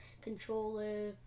controller